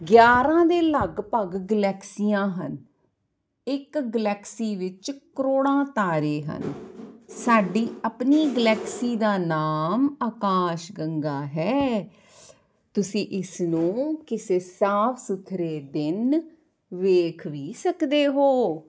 ਗਿਆਰ੍ਹਾਂ ਦੇ ਲਗਭਗ ਗਲੈਕਸੀਆਂ ਹਨ ਇਕ ਗਲੈਕਸੀ ਵਿੱਚ ਕਰੋੜਾਂ ਤਾਰੇ ਹਨ ਸਾਡੀ ਆਪਣੀ ਗਲੈਕਸੀ ਦਾ ਨਾਮ ਆਕਾਸ਼ ਗੰਗਾ ਹੈ ਤੁਸੀਂ ਇਸ ਨੂੰ ਕਿਸੇ ਸਾਫ਼ ਸੁਥਰੇ ਦਿਨ ਵੇਖ ਵੀ ਸਕਦੇ ਹੋ